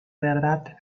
verdad